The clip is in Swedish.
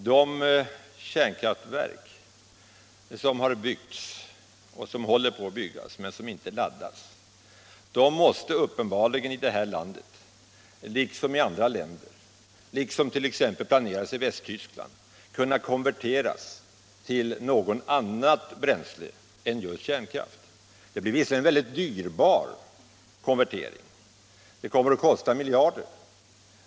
De kärnkraftverk som har byggts, och som håller på att byggas men som inte laddas, måste uppenbarligen i det här landet liksom i andra länder — det planeras t.ex. i Västtyskland - kunna konverteras till något annat bränsle än just kärnkraft. Det blir visserligen en väldigt dyrbar konvertering — den kommer att kosta miljarder.